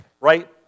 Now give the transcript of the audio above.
right